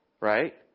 Right